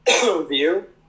view